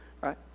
right